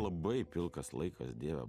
labai pilkas laikas dieve